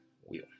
wheel